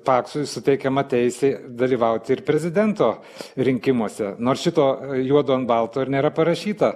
paksui suteikiama teisė dalyvauti ir prezidento rinkimuose nors šito juodu ant balto ir nėra parašyta